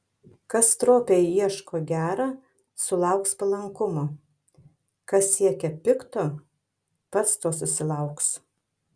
kas stropiai ieško gera sulauks palankumo kas siekia pikto pats to susilauks